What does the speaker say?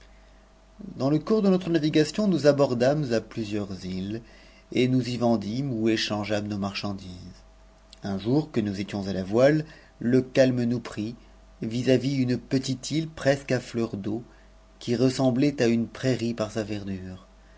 dans le cours de notre navigation nous abordâmes à plusieurs îles et nous y vendîmes ou échangeâmes nos marchandises un jour que nous étions à la voile le calme nous prit vis-à-vis une petite e presque à fleur d'eau qui ressemblait à une prairie par sa verdure